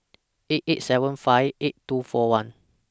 eight eight seven five eight two four one